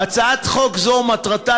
"הצעת חוק זו מטרתה,